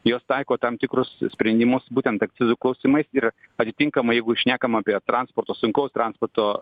jos taiko tam tikrus sprendimus būtent akcizų klausimais ir atitinkamai jeigu šnekam apie transporto sunkaus transporto